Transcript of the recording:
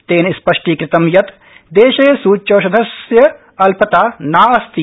तेन स्पष्टीकृतं यत् देशे सूच्यौषधस्य अल्पता नास्ति